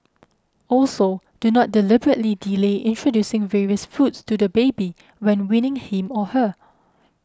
also do not deliberately delay introducing various foods to the baby when weaning him or her